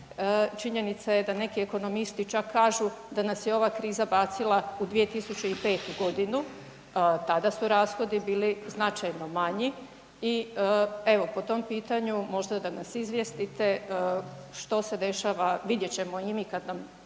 Činjenica je da neki ekonomisti čak kažu da nas je ova kriza bacila u 2005.g., tada su rashodi bili značajno manji i evo po tom pitanju možda da nas izvijestite što se dešava, vidjet ćemo i mi kad nam